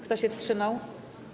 Kto się wstrzymał?